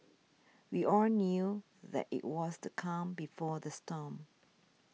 we all knew that it was the calm before the storm